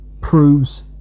proves